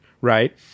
right